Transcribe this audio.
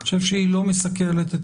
היא לא מסכלת את